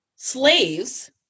Slaves